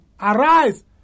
arise